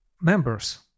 members